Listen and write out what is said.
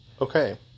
Okay